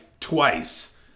Twice